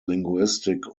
linguistic